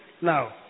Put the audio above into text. Now